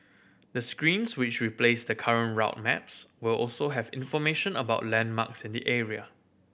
the screens which replace the current route maps will also have information about landmarks in the area